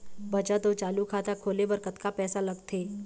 बचत अऊ चालू खाता खोले बर कतका पैसा लगथे?